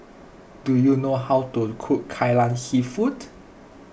do you know how to cook Kai Lan Seafood